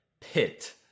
pit